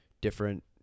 different